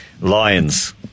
Lions